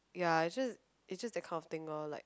ya it's just it's just that kind of thing loh like